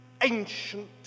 ancient